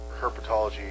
herpetology